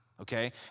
okay